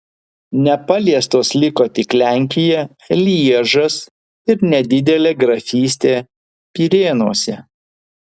nepaliestos liko tik lenkija lježas ir nedidelė grafystė pirėnuose